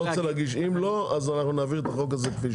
אם לא, נעביר את החוק הזה כפי שהוא.